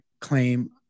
claim